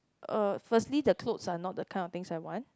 uh firstly the clothes are not the kind of things I want